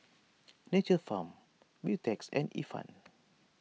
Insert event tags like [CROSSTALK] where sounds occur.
[NOISE] Nature's Farm Beautex and Ifan